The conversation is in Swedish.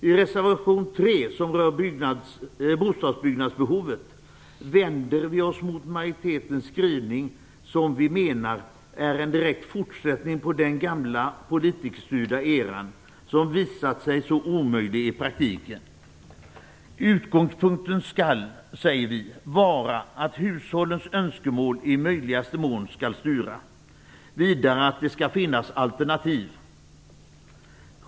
I reservation nr 3, som rör bostadsbyggnadsbehovet, vänder vi oss mot majoritetens skrivning som vi menar är en direkt fortsättning på den gamla politikerstyrda eran som visat sig så omöjlig i praktiken. Utgångspunkten skall vara att hushållens önskemål i möjligaste mån skall styra. Vidare skall det finnas alternativ.